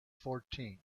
fourteen